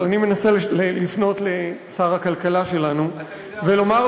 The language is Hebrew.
תודה רבה, אדוני.